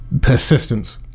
persistence